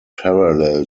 parallel